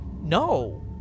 No